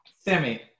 Sammy